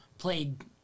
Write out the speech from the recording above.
Played